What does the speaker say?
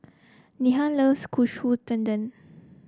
Nena loves Katsu Tendon